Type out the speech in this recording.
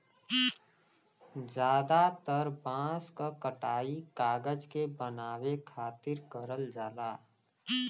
जादातर बांस क कटाई कागज के बनावे खातिर करल जाला